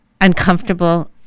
uncomfortable